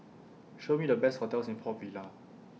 Show Me The Best hotels in Port Vila